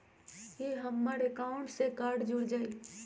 ई हमर अकाउंट से कार्ड जुर जाई?